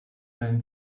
deinen